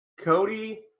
Cody